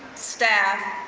staff,